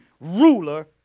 ruler